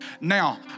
Now